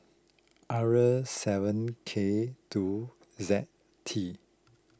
R seven K two Z T